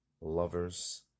lovers